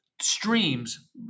streams